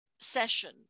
session